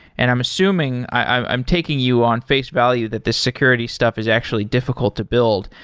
and i'm assuming i'm i'm taking you on face value that this security stuff is actually difficult to build.